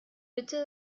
bitte